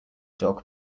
dog